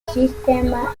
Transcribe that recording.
sistema